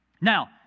Now